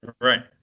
Right